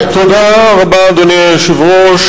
אדוני היושב-ראש,